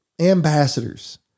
Ambassadors